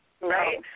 right